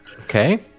okay